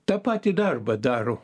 tą patį darbą daro